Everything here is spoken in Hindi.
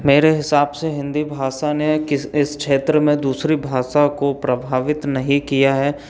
मेरे हिसाब से हिंदी भाषा ने किस इस क्षेत्र में दूसरी भाषा को प्रभावित नहीं किया है